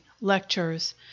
Lectures